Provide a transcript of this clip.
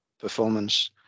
performance